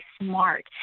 smart